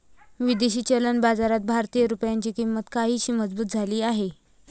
विदेशी चलन बाजारात भारतीय रुपयाची किंमत काहीशी मजबूत झाली आहे